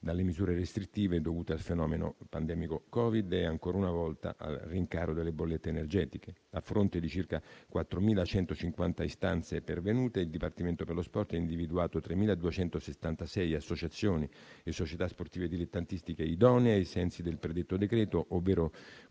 dalle misure restrittive dovute al fenomeno pandemico Covid e ancora una volta al rincaro delle bollette energetiche. A fronte di circa 4.150 istanze pervenute, il dipartimento per lo sport ha individuato 3.276 associazioni e società sportive dilettantistiche idonee ai sensi del predetto decreto, ovvero